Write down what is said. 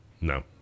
No